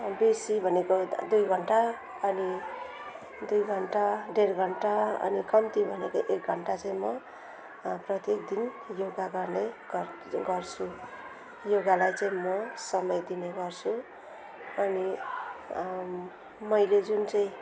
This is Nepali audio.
बेसी भनेको दुई घन्टा अनि दुई घन्टा डेढ घन्टा अनि कम्ती भनेको एक घन्टा चाहिँ म प्रत्येक दिन योगा गर्ने गर् गर्छु योगालाई चाहिँ म समय दिने गर्छु अनि मैले जुनचाहिँ